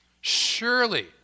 Surely